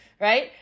Right